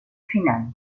final